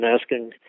asking